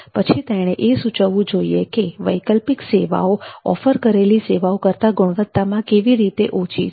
પછી તેણે એ સૂચવવું જોઈએ કે વૈકલ્પિક સેવાઓ ઑફર કરેલી સેવાઓ કરતા ગુણવત્તામાં કેવી રીતે ઓછી છે